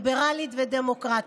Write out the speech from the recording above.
ליברלית ודמוקרטית.